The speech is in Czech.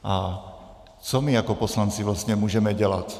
A co my jako poslanci vlastně můžeme dělat?